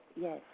yes